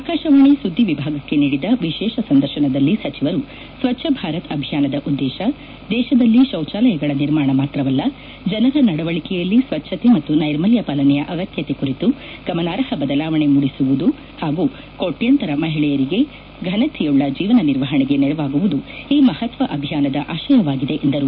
ಆಕಾಶವಾಣಿ ಸುದ್ದಿ ವಿಭಾಗಕ್ಕೆ ನೀಡಿದ ವಿಶೇಷ ಸಂದರ್ಶನದಲ್ಲಿ ಸಚಿವರು ಸ್ವಚ್ದ ಭಾರತ್ ಅಭಿಯಾನದ ಉದ್ದೇಶ ದೇಶದಲ್ಲಿ ಶೌಚಾಲಯಗಳ ನಿರ್ಮಾಣ ಮಾತ್ರವಲ್ಲ ಕೋಟ್ಯಾಂತರ ಜನರ ನಡವಳಿಕೆಯಲ್ಲಿ ಸ್ವಚ್ಚತೆ ಮತ್ತು ನೈರ್ಮಲ್ಯ ಪಾಲನೆಯ ಅಗತ್ಯಗತ್ಯ ಕುರಿತು ಗಮನಾರ್ಹ ಬದಲಾವಣೆ ಮೂಡಿಸುವುದು ಹಾಗೂ ಕೋಟ್ಲಂತರ ಮಹಿಳೆಯರಿಗೆ ಫನತೆಯುಳ್ಳ ಜೀವನ ನಿರ್ವಹಣೆಗೆ ನೆರವಾಗುವುದು ಈ ಮಹತ್ವ ಅಭಿಯಾನದ ಆಶಯವಾಗಿದೆ ಎಂದರು